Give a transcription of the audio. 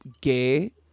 gay